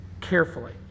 Carefully